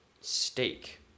steak